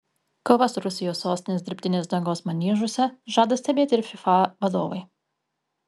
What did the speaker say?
kovas rusijos sostinės dirbtinės dangos maniežuose žada stebėti ir fifa vadovai